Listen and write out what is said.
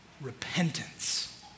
Repentance